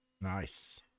Nice